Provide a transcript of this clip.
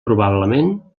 probablement